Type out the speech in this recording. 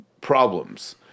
problems